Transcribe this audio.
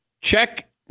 Check